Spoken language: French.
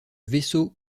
vaisseau